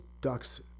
ducks